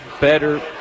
better